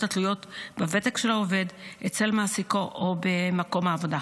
התלויות בוותק של העובד אצל מעסיקו או במקום העבודה.